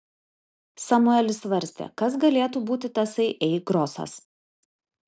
samuelis svarstė kas galėtų būti tasai ei grosas